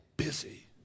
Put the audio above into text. busy